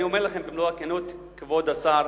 כבוד השר,